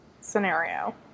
scenario